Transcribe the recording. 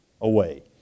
away